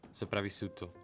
sopravvissuto